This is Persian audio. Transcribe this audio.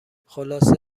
خلاصه